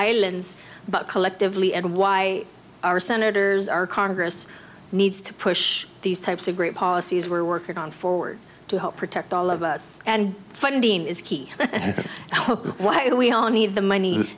islands but collectively and why our senators our congress needs to push these types of great policies we're working on forward to help protect all of us and funding is key why do we all need the money